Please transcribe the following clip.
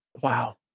Wow